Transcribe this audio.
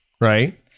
Right